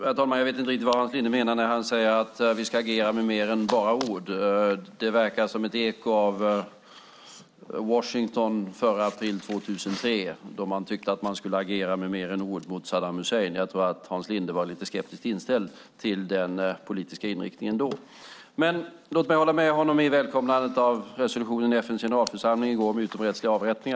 Herr talman! Jag vet inte riktigt vad Hans Linde menar när han säger att vi ska agera med mer än bara ord. Det verkar som ett eko av Washington före april 2003, då man tyckte att man skulle agera med mer än ord mot Saddam Hussein. Jag tror att Hans Linde var lite skeptiskt inställd till den politiska inriktningen då. Men låt mig hålla med honom i välkomnandet av resolutionen i FN:s generalförsamling i går om utomrättsliga avrättningar.